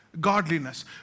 godliness